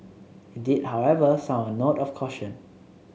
it did however sound a note of caution